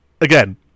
again